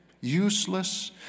useless